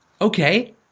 Okay